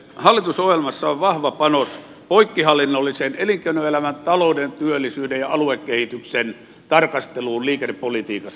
hallitusohjelmassa on vahva panos poikkihallinnollisen elinkeinoelämän talouden työllisyyden ja aluekehityksen tarkasteluun liikennepolitiikassa